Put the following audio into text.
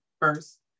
first